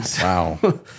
Wow